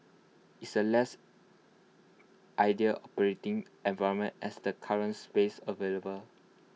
it's A less ideal operating environment as the current space available